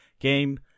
game